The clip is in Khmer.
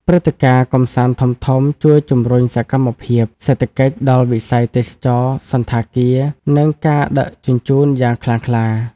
ព្រឹត្តិការណ៍កម្សាន្តធំៗជួយជំរុញសកម្មភាពសេដ្ឋកិច្ចដល់វិស័យទេសចរណ៍ សណ្ឋាគារ និងការដឹកជញ្ជូនយ៉ាងខ្លាំងក្លា។